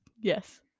Yes